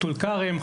טול כרם,